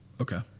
okay